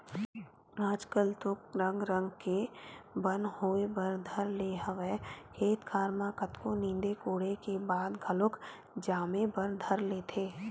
आजकल तो रंग रंग के बन होय बर धर ले हवय खेत खार म कतको नींदे कोड़े के बाद घलोक जामे बर धर लेथे